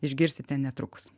išgirsite netrukus